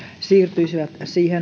siirtyisivät